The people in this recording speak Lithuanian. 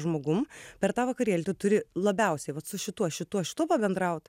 žmogum per tą vakarėlį tu turi labiausiai vat su šituo šituo šitu pabendraut